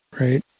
right